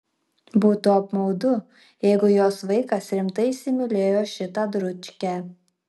būtų apmaudu jeigu jos vaikas rimtai įsimylėjo šitą dručkę